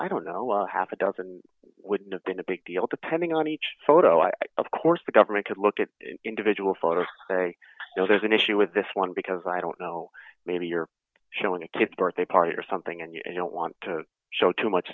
i don't know half a dozen wouldn't have been a big deal depending on each photo i of course the government could look at individual photos say you know there's an issue with this one because i don't know maybe you're showing a kid's birthday party or something and you don't want to show too much